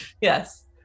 Yes